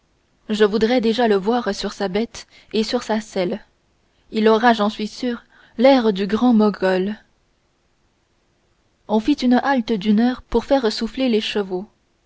je voudrais déjà le voir sur sa bête et sur sa selle il aura j'en suis sûr l'air du grand mogol on fit une halte d'une heure pour faire souffler les